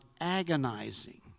agonizing